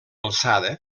alçada